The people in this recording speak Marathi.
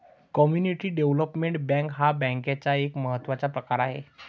कम्युनिटी डेव्हलपमेंट बँक हा बँकेचा एक महत्त्वाचा प्रकार आहे